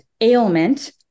ailment